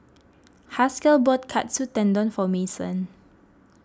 Haskell bought Katsu Tendon for Mason